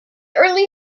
early